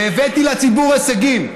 והבאתי לציבור הישגים,